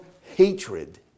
hatred